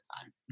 time